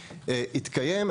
התקיים,